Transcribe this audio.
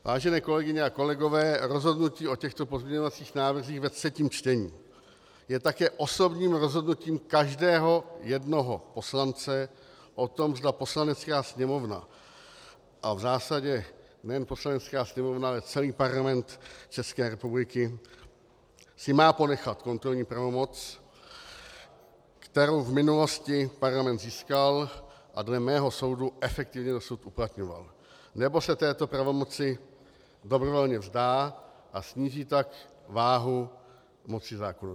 Vážené kolegyně a kolegové, rozhodnutí o těchto pozměňovacích návrzích ve třetím čtení je také osobním rozhodnutím každého jednoho poslance o tom, zda Poslanecká sněmovna, a v zásadě nejen Poslanecká sněmovna, ale celý Parlament ČR si má ponechat kontrolní pravomoc, kterou v minulosti Parlament získal a dle mého soudu efektivně dosud uplatňoval, nebo se této pravomoci dobrovolně vzdá, a sníží tak váhu moci zákonodárné.